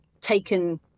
taken